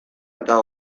eta